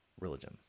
religion